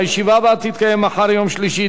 ט"ו בסיוון התשע"ב,